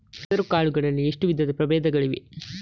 ಹೆಸರುಕಾಳು ಗಳಲ್ಲಿ ಎಷ್ಟು ವಿಧದ ಪ್ರಬೇಧಗಳಿವೆ?